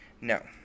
no